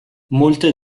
molte